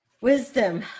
Wisdom